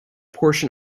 portion